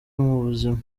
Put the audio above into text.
mubuzima